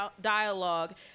dialogue